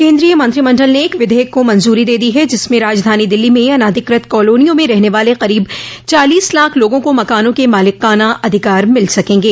केन्द्रीय मंत्रिमण्डल न एक विधेयक को मंजूरी दे दी है जिसमें राजधानी दिल्ली में अनधिकृत कालोनियों में रहने वाले करीब चालीस लाख लोगों को मकानों के मालिकाना अधिकार मिल सकेंगे